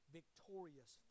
victorious